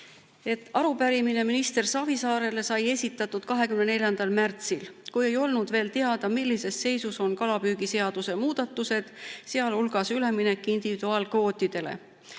Arupärimine minister Savisaarele sai esitatud 24. märtsil, kui ei olnud veel teada, millises seisus on kalapüügiseaduse muudatused, sealhulgas üleminek individuaalkvootidele.